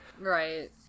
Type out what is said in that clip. right